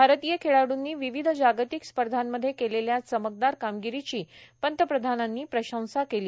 भारतीय खेळाडूंनी विविध जागतिक स्पर्धामध्ये केलेल्या चमकदार कामगिरीची पंतप्रधानांनी प्रशंसा केली